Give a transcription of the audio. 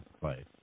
place